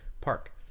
park